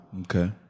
Okay